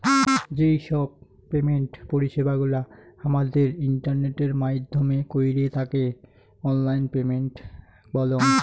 যেই সব পেমেন্ট পরিষেবা গুলা হামাদের ইন্টারনেটের মাইধ্যমে কইরে তাকে অনলাইন পেমেন্ট বলঙ